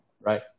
right